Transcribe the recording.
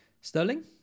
Sterling